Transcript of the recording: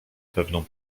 pewną